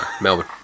Melbourne